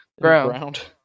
ground